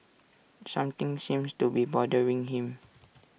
something seems to be bothering him